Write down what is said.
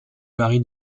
mari